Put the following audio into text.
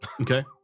Okay